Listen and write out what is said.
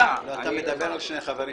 אלה שני דברים שונים.